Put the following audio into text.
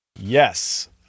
yes